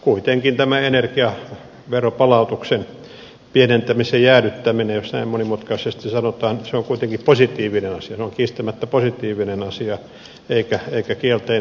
kuitenkin tämä energiaveropalautuksen pienentämisen jäädyttäminen jos näin monimutkaisesti sanotaan on positiivinen asia se on kiistämättä positiivinen asia eikä kielteinen asia